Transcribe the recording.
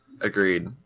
Agreed